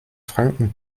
franken